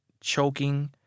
choking